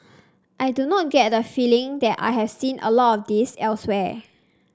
I do not get the feeling that I have seen a lot of this elsewhere